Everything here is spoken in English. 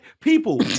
People